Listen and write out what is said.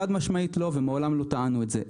חד-משמעית לא ומעולם לא טענו את זה,